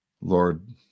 Lord